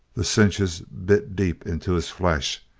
the cinches bit deep into his flesh.